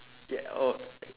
ya oh